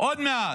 עוד מעט.